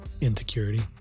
insecurity